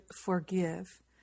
forgive